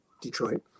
Detroit